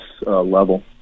level